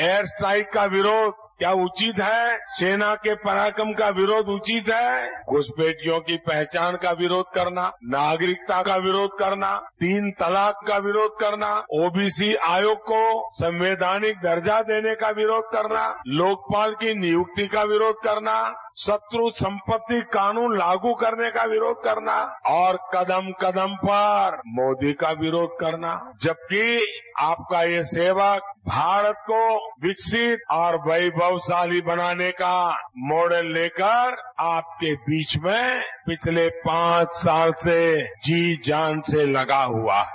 air strike का विरोध क्या उचित है सेना के पराक्रम का विरोध उचित है घुसपैठियों की पहचान का विरोध करना नागरिकता का विरोध करना तीन तलाक का विरोध करना ओबीसी आयोग को संवैधानिक दर्जा देने का विरोध करना लोकपाल की नियुक्ति का विरोध करना शत्रु सम्पत्ति का कानून लागू करने का विरोध करना और कदम कदम पर मोदी का विरोध करना जबकि आपका यह सेवक भारत को विकसित और वैभवशाली बनाने का मॉडल लेकर आपके बीच में पिछले पांच साल से जी जान से लगा हुआ है